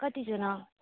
कतिजना